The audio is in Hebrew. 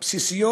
בסיסיות